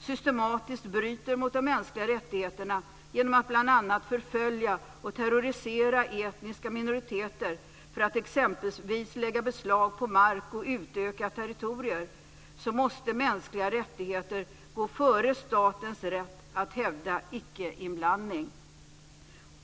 systematiskt bryter mot de mänskliga rättigheterna, genom att bl.a. förfölja och terrorisera etniska minoriteter för att exempelvis lägga beslag på mark och utöka territorier, måste mänskliga rättigheter gå före statens rätt att hävda icke-inblandning.